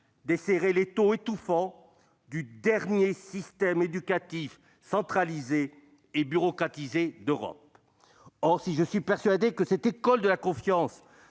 desserrer l'étau étouffant du dernier système éducatif centralisé et bureaucratisé d'Europe. Pour ma part, je suis persuadé que cette école de la confiance,